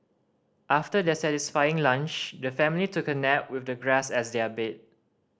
after their satisfying lunch the family took a nap with the grass as their bed